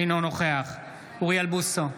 אינו נוכח אוריאל בוסו,